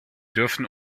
dürfen